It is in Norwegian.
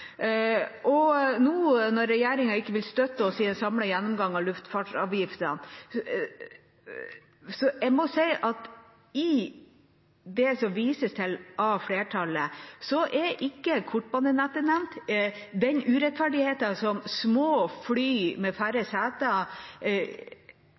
Nå vil regjeringa ikke støtte oss i en samlet gjennomgang av luftfartsavgiftene. Jeg må si at i det som vises til av flertallet, er ikke kortbanenettet nevnt. Den urettferdigheten som små fly med